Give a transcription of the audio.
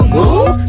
move